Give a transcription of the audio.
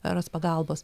ras pagalbos